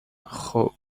خوب